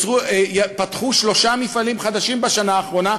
פתחו שלושה מפעלים חדשים בשנה האחרונה,